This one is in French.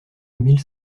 mille